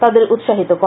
তাঁদের উৎসাহিত করা